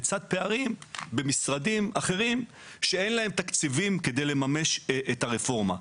לצד פערים במשרדים אחרים שאין להם תקציבים כדי לממש את הרפורמה.